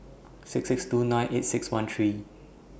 six six two nine eight six one three